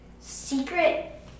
secret